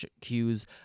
cues